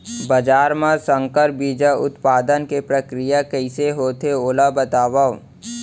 बाजरा मा संकर बीज उत्पादन के प्रक्रिया कइसे होथे ओला बताव?